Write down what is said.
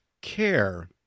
care